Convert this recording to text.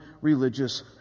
religious